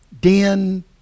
den